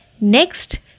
Next